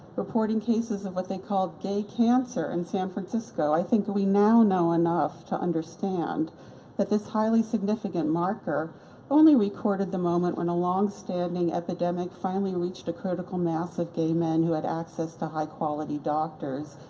reporting cases of what they called gay cancer in san francisco. i think we now know enough to understand that this highly significant marker only recorded the moment when a long-standing epidemic finally reached a critical mass of gay men who had access to high-quality doctors,